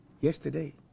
yesterday